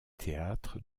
théâtre